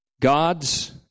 God's